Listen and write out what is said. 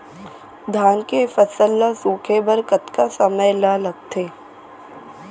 धान के फसल ल सूखे बर कतका समय ल लगथे?